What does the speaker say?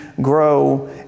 grow